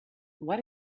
what